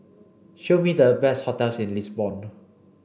show me the best hotels in Lisbon